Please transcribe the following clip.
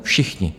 Všichni.